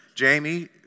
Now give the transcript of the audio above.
Jamie